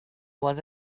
was